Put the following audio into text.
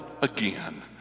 again